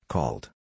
Called